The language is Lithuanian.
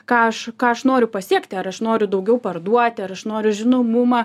ką aš ką aš noriu pasiekti ar aš noriu daugiau parduoti ar aš noriu žinomumą